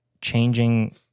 changing